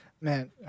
Man